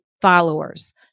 followers